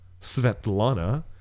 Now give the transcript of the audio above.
Svetlana